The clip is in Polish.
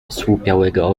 osłupiałego